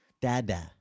Dada